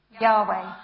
Yahweh